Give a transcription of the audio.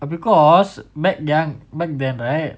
because back young back then right